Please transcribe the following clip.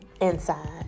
inside